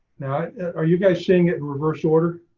now. are you guys seeing it in reverse order.